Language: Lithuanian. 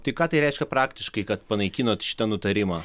tai ką tai reiškia praktiškai kad panaikinot šitą nutarimą